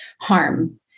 harm